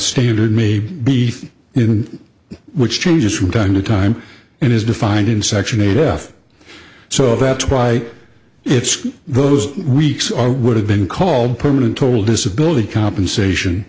standard may be in which changes from time to time and is defined in section a death so that's why it's those weeks or would have been called permanent toll disability compensation